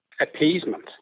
appeasement